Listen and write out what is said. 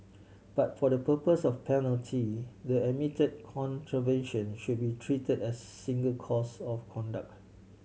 but for the purposes of penalty the admitted contravention should be treated as single course of conduct